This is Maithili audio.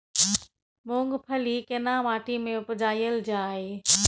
मूंगफली केना माटी में उपजायल जाय?